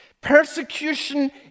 Persecution